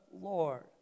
Lord